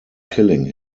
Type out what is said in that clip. killing